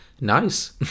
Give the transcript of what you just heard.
nice